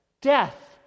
death